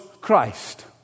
Christ